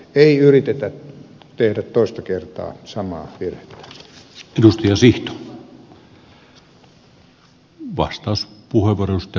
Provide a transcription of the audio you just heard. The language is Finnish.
ei yritetä tehdä toista kertaa samaa virhettä